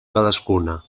cadascuna